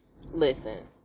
Listen